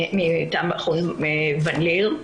מטעם מכון ואן ליר.